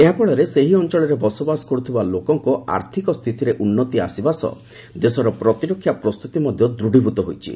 ଏହାଫଳରେ ସେହି ଅଞ୍ଚଳରେ ବସବାସ କରୁଥିବା ଲୋକଙ୍କ ଆର୍ଥିକ ସ୍ଥିତିରେ ଉନ୍ନତି ଆସିବା ସହ ଦେଶର ପ୍ରତିରକ୍ଷା ପ୍ରସ୍ତୁତି ମଧ୍ୟ ଦୂଢ଼ିଭୂତ ହୋଇଛି